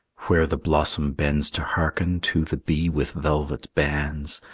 where the blossom bends to hearken to the bee with velvet bands,